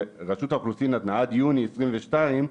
שרשות האוכלוסין נתנה עד יוני 2022,